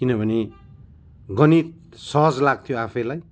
किन भने गणित सहज लाग्थ्यो आफैँलाई